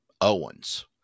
Owens